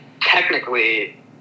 technically